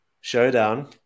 showdown